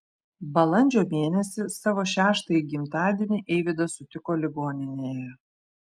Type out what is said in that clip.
balandžio mėnesį savo šeštąjį gimtadienį eivydas sutiko ligoninėje